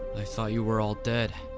i thought you were all dead.